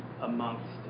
amongst